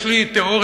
יש לי תיאוריה,